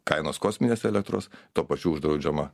kainos kosminės elektros tuo pačiu uždraudžiama